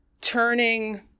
turning